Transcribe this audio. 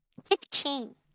Fifteen